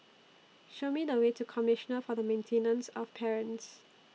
Show Me The Way to Commissioner For The Maintenance of Parents